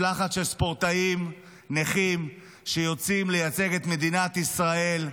משלחת של ספורטאים נכים שיוצאים לייצג את מדינת ישראל.